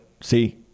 see